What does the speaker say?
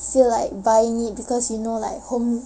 feel like buying it because you know like home